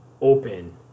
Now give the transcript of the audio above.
open